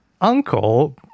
uncle